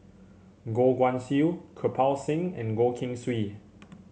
Goh Guan Siew Kirpal Singh and Goh Keng Swee